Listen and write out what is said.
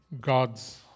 God's